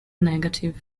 negative